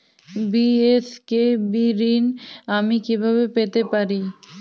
BSKB ঋণ আমি কিভাবে পেতে পারি?